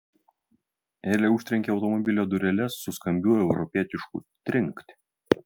elė užtrenkė automobilio dureles su skambiu europietišku trinkt